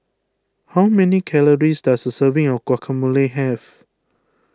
how many calories does a serving of Guacamole have